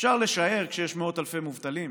אפשר לשער, כשיש מאות אלפי מובטלים.